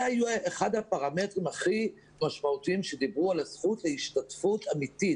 זה היו אחד הפרמטרים הכי משמעותיים שדיברו על הזכות להשתתפות אמיתית,